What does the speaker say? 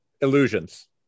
illusions